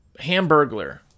Hamburglar